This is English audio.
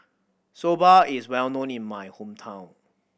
soba is well known in my hometown